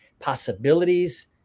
possibilities